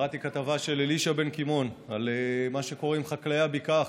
קראתי כתבה של אלישע בן קימון על מה שקורה עם חקלאי הבקעה,